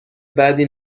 بدی